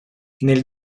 nel